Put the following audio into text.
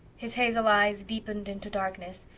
his hazel eyes deepened into darkness,